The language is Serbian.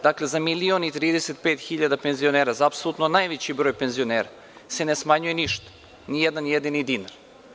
Dakle, za milion i trideset pet hiljada penzionera, za apsolutno najveći broj penzionera se ne smanjuje ništa, ni jedan jedini dinar.